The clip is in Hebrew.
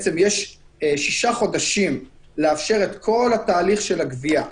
שישה חודשים לאפשר את כל התהליך של הגבייה,